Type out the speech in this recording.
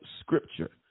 scripture